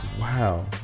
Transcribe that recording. Wow